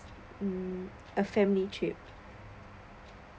mm a family trip